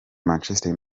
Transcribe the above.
manchester